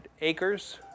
acres